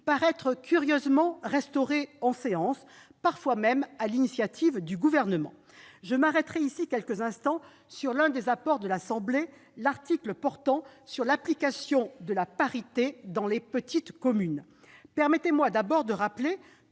par être curieusement restaurés en séance publique, parfois même sur l'initiative du Gouvernement. Je m'arrêterai quelques instants sur l'un des apports de l'Assemblée nationale : l'article portant sur l'application de la parité dans les petites communes. Permettez-moi d'abord de rappeler